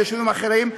ויישובים אחרים.